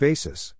Basis